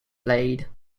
blade